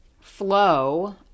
flow